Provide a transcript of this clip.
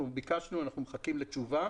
ביקשנו ואנחנו מחכים לתשובה.